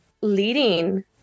leading